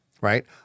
Right